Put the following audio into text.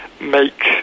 make